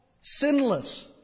sinless